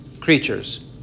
creatures